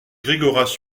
gregoras